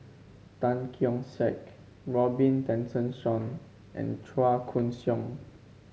Tan Keong Saik Robin Tessensohn and Chua Koon Siong